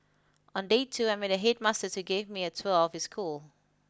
on day two I met a headmaster who gave me a tour of his school